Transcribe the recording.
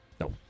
No